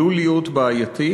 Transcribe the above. עלול להיות בעייתי,